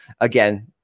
again